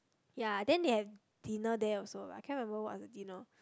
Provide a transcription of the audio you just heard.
ya then they have dinner there also but I cannot remember what's the dinner